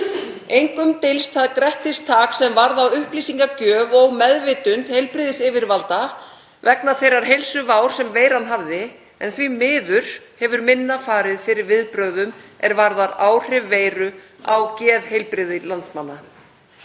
Engum dylst það grettistak sem lyft var varðandi upplýsingagjöf og meðvitund heilbrigðisyfirvalda vegna þeirrar heilsuvár sem veiran hafði, en því miður hefur minna farið fyrir viðbrögðum er varða áhrif veiru á geðheilbrigði landsmanna.